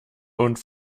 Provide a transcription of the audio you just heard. und